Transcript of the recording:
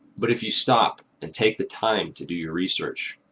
but if you stop, and take the time to do your research.